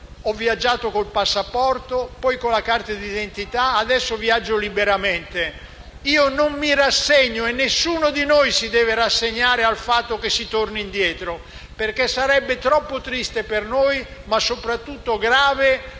ho viaggiato con il passaporto, poi con la carta d'identità e ora viaggio liberamente. Io non mi rassegno e nessuno di noi si deve rassegnare al fatto che si torni indietro, perché sarebbe troppo triste per noi, ma soprattutto grave